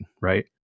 right